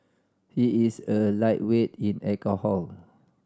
he is a lightweight in alcohol